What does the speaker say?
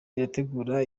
irategura